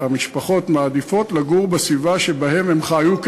המשפחות מעדיפות לגור בסביבה שבה הם חיו,